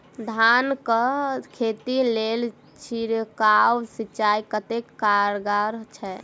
धान कऽ खेती लेल छिड़काव सिंचाई कतेक कारगर छै?